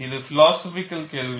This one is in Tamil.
இது பிலோசோஃப்பிக்கல் கேள்வி